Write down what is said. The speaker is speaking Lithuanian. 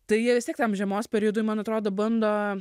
tai jie vis tiek tam žiemos periodui man atrodo bando